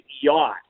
yacht